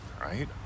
right